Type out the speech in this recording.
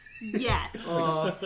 yes